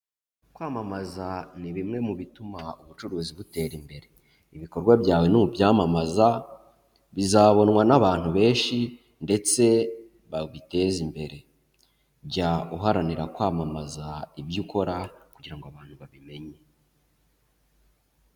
Kwamamaza ni bimwe mu bituma ubucuruzi butera imbere, ibikorwa byawe nubyamamaza bizabonwa n'abantu benshi ndetse babiteza imbere, jya uharanira kwamamaza ibyo ukora kugira ngo abantu babimenye.